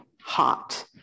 hot